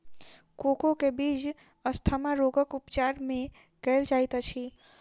cocoa के बीज asthma रोगक उपचार मे कयल जाइत अछि